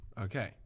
Okay